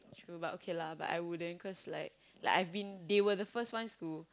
true but okay lah but I wouldn't cause like like I have been they were the first one school